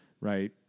right